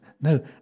no